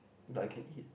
but I can eat